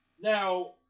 Now